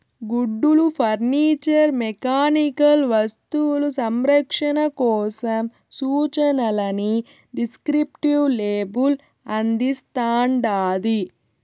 గుడ్డలు furniture mechanical వస్తువులు సంరక్షణ కోసం సూచనలని డిస్క్రిప్టివ్ లేబుల్ అందిస్తాండాది